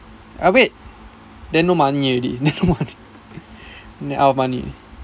ah wait then no money already then out of money already